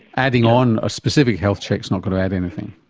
adding on a specific health check's not going to add anything.